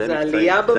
זה עלייה?